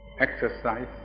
exercise